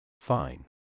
Fine